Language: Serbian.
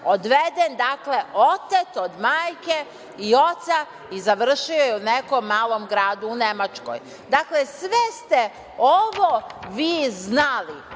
odveden, dakle, otet od majke i oca i završio je u nekom malom gradu u Nemačkoj. Dakle, sve ste ovo vi znali,